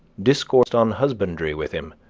discoursed on husbandry with him,